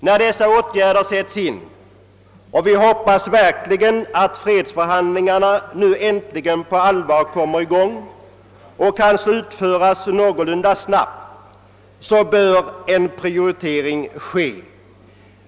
När dessa åtgärder sätts in — och vi hoppas verkligen att fredsförhandlingarna nu äntligen på allvar kommer i gång och kan slutföras någorlunda snabbt — bör en prioritering ske.